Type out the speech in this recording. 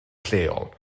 lleol